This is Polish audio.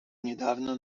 niedawno